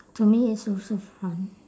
to me it's also fun